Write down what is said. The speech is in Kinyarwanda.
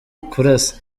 kurasa